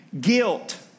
Guilt